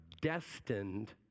destined